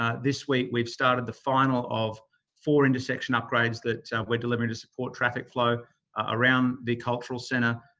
ah this week we've started the final of four intersection upgrades that we're delivering to support traffic flow around the cultural centre,